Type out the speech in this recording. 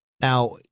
Now